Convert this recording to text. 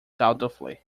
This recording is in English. doubtfully